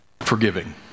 Forgiving